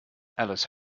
alice